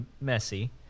messy